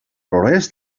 progrés